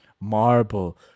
marble